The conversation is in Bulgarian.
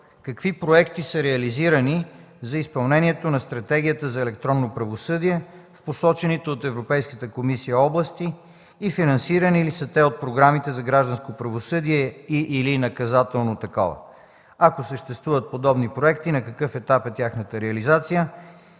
какви проекти са реализирани за изпълнението на Стратегията за електронно правосъдие в посочените от Европейската комисия области и финансирани ли са те от програмите „Гражданско правосъдие” и/или „Наказателно правосъдие”? Ако съществуват подобни проекти, на какъв етап е тяхната реализация